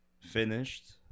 finished